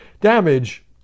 Damage